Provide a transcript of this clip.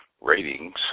ratings